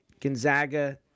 Gonzaga